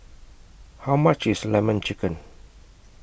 How much IS Lemon Chicken